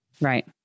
Right